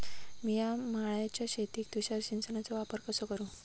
मिया माळ्याच्या शेतीत तुषार सिंचनचो वापर कसो करू?